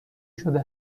شده